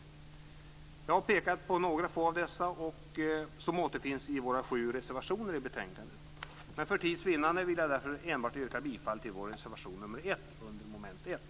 Jag har pekat på några få av dessa, som återfinns i våra sju reservationer i betänkandet. Men för tids vinnande vill jag yrka bifall enbart till vår reservation nr 1 under mom. 1.